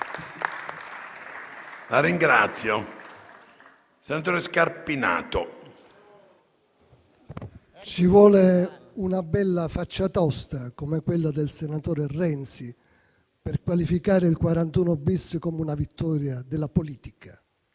apre una nuova finestra") *(M5S)*. Ci vuole una bella faccia tosta come quella del senatore Renzi per qualificare il 41-*bis* come una vittoria della politica.